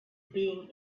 being